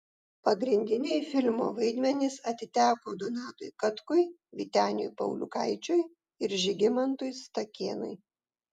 pagrindiniai filmo vaidmenys atiteko donatui katkui vyteniui pauliukaičiui ir žygimantui stakėnui